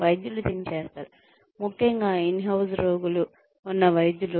వైద్యులు దీన్ని చేస్తారు ముఖ్యంగా ఇన్ హౌజ్ రోగులు ఉన్న వైద్యులు